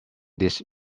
this